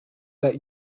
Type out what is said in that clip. that